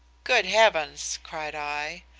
good heavens cried i,